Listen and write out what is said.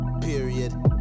Period